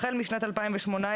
החל משנת 2018,